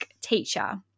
teacher